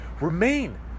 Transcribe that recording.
remain